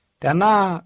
tena